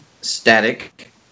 Static